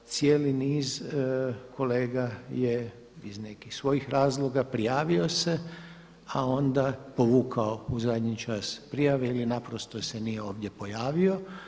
Cijeli niz kolega je iz nekih svojih razloga prijavio se, a onda povukao u zadnji čas prijave ili naprosto se nije ovdje pojavio.